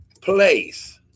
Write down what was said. place